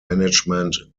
management